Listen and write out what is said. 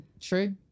True